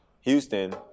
Houston